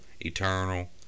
eternal